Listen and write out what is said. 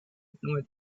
ignore